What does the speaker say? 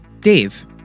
Dave